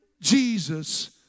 Jesus